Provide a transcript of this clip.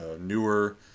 newer